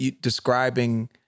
describing